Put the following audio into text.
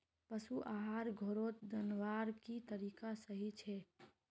पशु आहार घोरोत बनवार की तरीका सही छे?